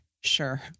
sure